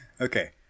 Okay